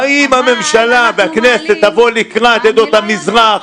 והאם הממשלה והכנסת תבוא לקראת עדות המזרח.